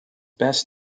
best